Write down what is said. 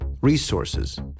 resources